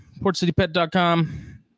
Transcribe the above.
PortCityPet.com